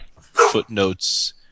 footnotes